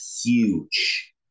huge